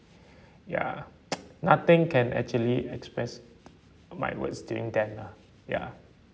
ya nothing can actually express my words during then lah ya